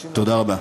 תודה רבה.